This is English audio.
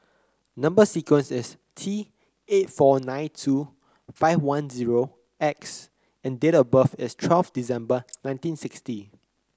number sequence is T eight four nine two five one zero X and date of birth is twelfth December nineteen sixty